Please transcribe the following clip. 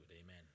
Amen